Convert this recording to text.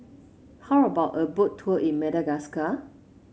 how about a Boat Tour in Madagascar